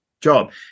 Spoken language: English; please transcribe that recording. job